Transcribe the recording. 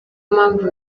mpamvu